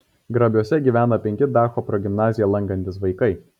grabiuose gyvena penki dacho progimnaziją lankantys vaikai